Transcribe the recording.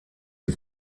die